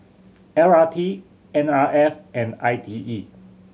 L R T N R F and I T E